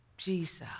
Jesus